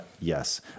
yes